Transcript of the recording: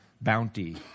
bounty